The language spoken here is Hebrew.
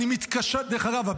דרך אגב,